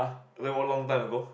I thought long time ago